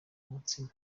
umutsima